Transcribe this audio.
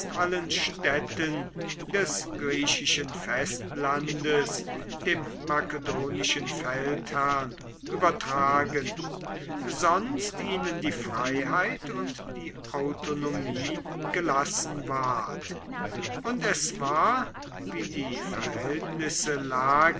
allen städten des griechischen festlandes dem makedonischen feldherrn übertragen sonst ihnen die freiheit und die autonomie gelassen ward und es war wie die verhältnisse lagen